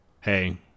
Hey